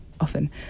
often